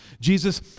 Jesus